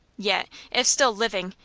yet, if still living,